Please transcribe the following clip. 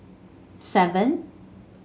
seven